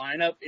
lineup